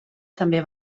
també